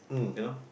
you know